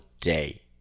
day